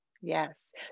Yes